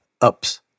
ups